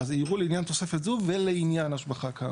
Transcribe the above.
יראו לעניין תוספת זו ולעניין השבחה".